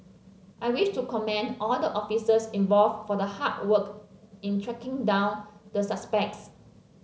I wish to commend all the officers involved for the hard work in tracking down the suspects